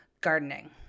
gardening